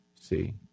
see